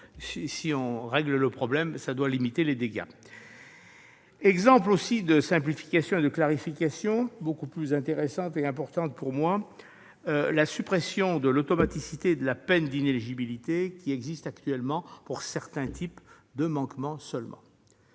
En réglant le problème, nous pourrons limiter les dégâts. Un autre exemple de simplification et clarification est beaucoup plus intéressant et important pour moi : la suppression de l'automaticité de la peine d'inéligibilité qui existe actuellement pour certains types de manquements seulement.